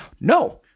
No